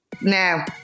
Now